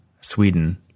Sweden